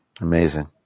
Amazing